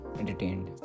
entertained